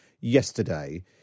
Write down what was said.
yesterday